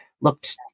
looked